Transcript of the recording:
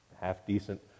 half-decent